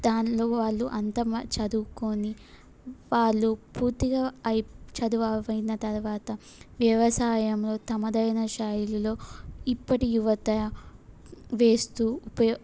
దానిలో వాళ్ళు అంత చదువుకొని వాళ్ళు పూర్తిగా అయి చదువు అయిపోయిన తర్వాత వ్యవసాయంలో తమదైన శైలిలో ఇప్పటి యువత వేస్తు ఉప